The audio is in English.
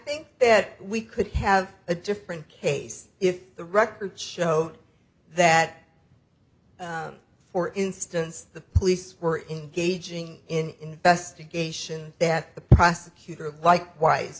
think that we could have a different case if the records show that for instance the police were engaging in investigation that the prosecutor likewise